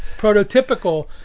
prototypical